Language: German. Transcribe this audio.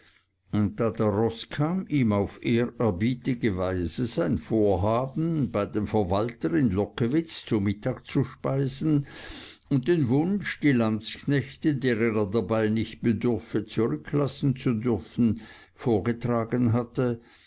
der roßkamm ihm auf ehrerbietige weise sein vorhaben bei dem verwalter in lockewitz zu mittag zu speisen und den wunsch die landsknechte deren er dabei nicht bedürfe zurücklassen zu dürfen vorgetragen hatte